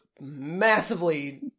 massively